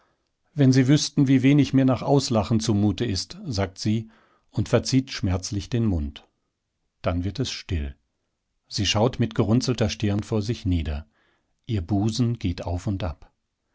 wenn sie wüßten wie wenig mir nach auslachen zumute ist sagt sie und verzieht schmerzlich den mund dann wird es still sie schaut mit gerunzelter stirn vor sich nieder ihr busen geht auf und ab